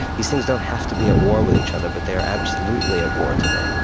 these things don't have to be at war with each other, but they are absolutely at war today